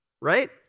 right